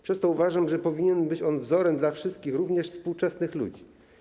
Przez to uważam, że powinien być on wzorem dla wszystkich, również współczesnych ludzi.